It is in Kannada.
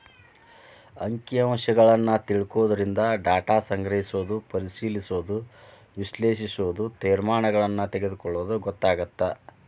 ಅಂಕಿ ಅಂಶಗಳನ್ನ ತಿಳ್ಕೊಳ್ಳೊದರಿಂದ ಡಾಟಾ ಸಂಗ್ರಹಿಸೋದು ಪರಿಶಿಲಿಸೋದ ವಿಶ್ಲೇಷಿಸೋದು ತೇರ್ಮಾನಗಳನ್ನ ತೆಗೊಳ್ಳೋದು ಗೊತ್ತಾಗತ್ತ